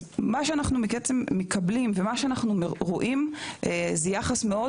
אז מה שאנחנו בעצם מקבלים ומה שאנחנו רואים זה יחס מאוד